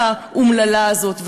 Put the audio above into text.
הצביעות האומללה הזאת?